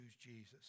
Jesus